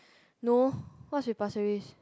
no what's with Pasir-Ris